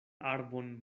arbon